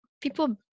people